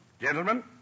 Gentlemen